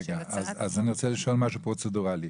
אני רוצה לשאול משהו פרוצדורלי.